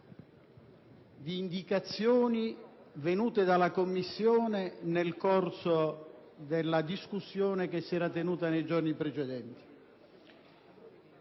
di indicazioni venute dalla Commissione nel corso della discussione che si era tenuta nei giorni precedenti.